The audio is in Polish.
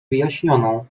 wyjaśnioną